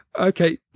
Okay